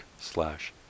slash